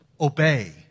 obey